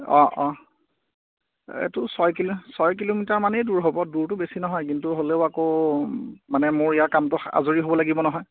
অঁ অঁ এইটো ছয় কিলো ছয় কিলোমিটাৰমানেই দূৰ হ'ব দূৰটো বেছি নহয় কিন্তু হ'লেও আকৌ মানে মোৰ ইয়াৰ কামটো আজৰি হ'ব লাগিব নহয়